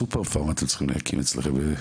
סופר פארם אתם צריכים להקים אצלכם,